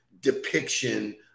depiction